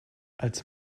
als